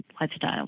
lifestyle